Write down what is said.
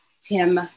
Tim